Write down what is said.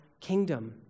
kingdom